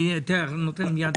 שלום, אני ראש אגף מקרו.